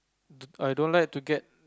d~ I don't like to get